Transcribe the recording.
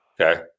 Okay